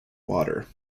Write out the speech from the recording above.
water